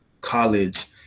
college